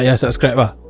yeah subscribe ah